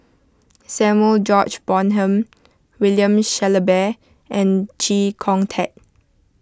Samuel George Bonham William Shellabear and Chee Kong Tet